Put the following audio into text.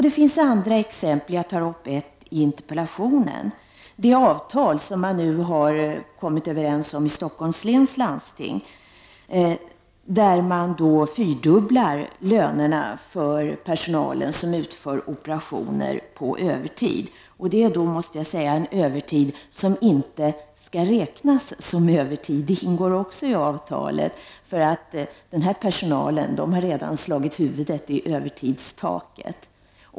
Det finns andra exempel, varav jag tar upp ett i interpellationen. Det avtal man nu i Stockholms län landsting har kommit överens om innebär en fyrdubbling av lönerna för den personal som utför operationer på övertid. Men detta är en övertid som inte skall räknas som övertid, det ingår också i avtalet. Personalen i fråga har nämligen redan så att säga slagit huvudet i övertidstaket.